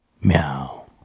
Meow